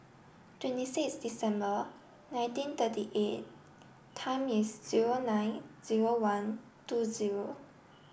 twenty six December nineteen thirty eight time is zero nine zero one two zero